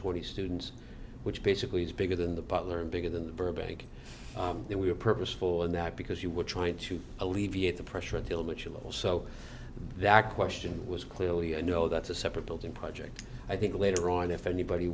twenty students which basically is bigger than the butler and bigger than the burbank they were purposeful in that because you were trying to alleviate the pressure until mitchell also that question was clearly a no that's a separate building project i think later on if anybody